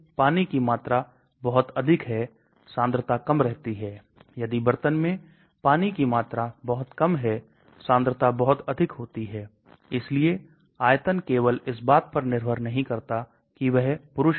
तो हमारे पास एक आयनिक समूह है जैसा की आप देख सकते हैं वहां एक आयनिक समूह है और हम इस आयनिक समूह को परिवर्तित करने का प्रयास कर रहे हैं